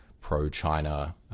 pro-China